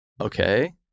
okay